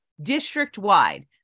district-wide